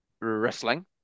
wrestling